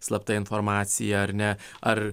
slapta informacija ar ne ar